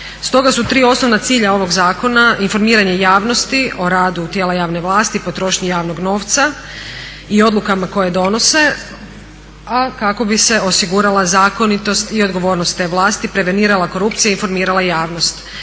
Stoga su tri osnovna cilja ovog zakona informiranje javnosti o radu tijela javne vlasti, potrošnji javnog novac i odlukama koje donose a kako bi se osigurala zakonitost i odgovornost te vlasti, prevenirala korupcija i informirala javnost.